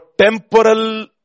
temporal